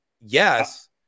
Yes